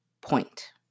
point